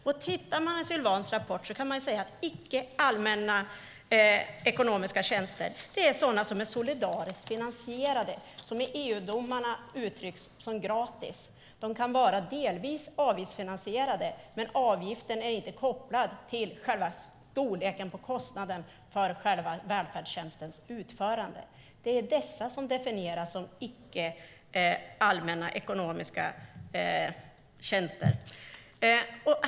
Om man tittar i Sylwans rapport ser man att icke-allmänna ekonomiska tjänster är sådana som är solidariskt finansierade, som i EU-domarna benämns gratis. De kan vara delvis avgiftsfinansierade, men avgiften är inte kopplad till storleken på kostnaden för välfärdstjänstens utförande. Det är de som definieras som icke-allmänna ekonomiska tjänster.